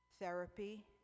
therapy